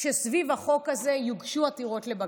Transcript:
שסביב החוק הזה יוגשו עתירות לבג"ץ,